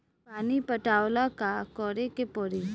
पानी पटावेला का करे के परी?